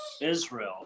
Israel